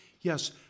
Yes